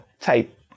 type